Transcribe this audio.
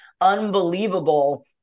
unbelievable